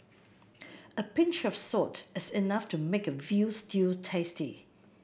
a pinch of salt is enough to make a veal stew tasty